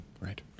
Right